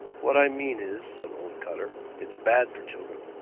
what i mean is, said old cotter, it's bad for children.